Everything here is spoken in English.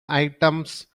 items